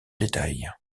détails